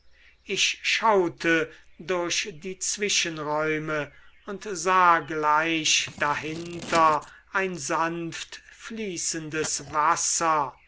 ich schaute durch die zwischenräume und sah gleich dahinter ein sanft fließendes wasser